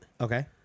Okay